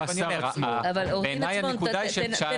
אני חושב שצריך